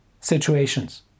situations